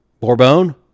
Bourbon